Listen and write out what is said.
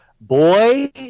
Boy